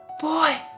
boy